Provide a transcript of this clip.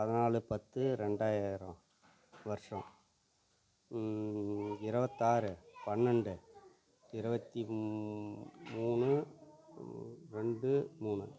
பதினாலு பத்து ரெண்டாயிரம் வர்ஷம் இருபத்தாறு பன்னெண்டு இருபத்தி மூணு ரெண்டு மூணு